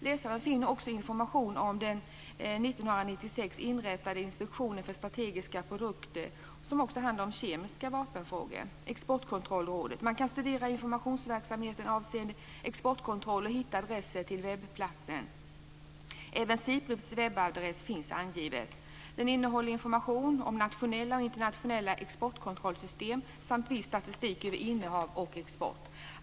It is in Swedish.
Läsaren finner också information om den 1996 inrättade Inspektionen för strategiska produkter, som också har hand om frågor omkring kemiska vapen, och om Exportkontrollrådet. Man kan studera informationsverksamheten omkring exportkontroll och hitta adressen till webbplatsen. Även SIPRI:s webbadress finns angiven. Den innehåller information om nationella och internationella exportkontrollsystem samt viss statistik över innehav och export.